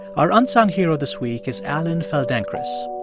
our unsung hero this week is alan feldenkris.